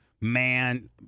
man